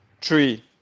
Three